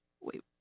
Wait